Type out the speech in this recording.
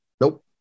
Nope